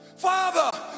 Father